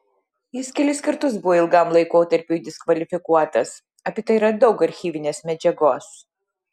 jis kelis kartus buvo ilgam laikotarpiui diskvalifikuotas apie tai yra daug archyvinės medžiagos